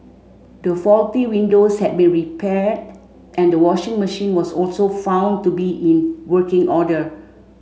the faulty windows had been repaired and the washing machine was also found to be in working order